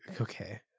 okay